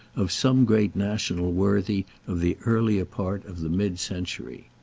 of some great national worthy of the earlier part of the mid-century.